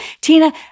Tina